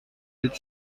with